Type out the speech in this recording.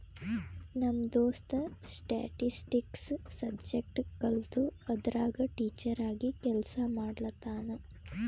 ನಮ್ ದೋಸ್ತ statistics subject ಕಲ್ತು ಅದುರಾಗೆ ಟೀಚರ್ ಆಗಿ ಕೆಲ್ಸಾ ಮಾಡ್ಲತಾನ್